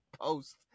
post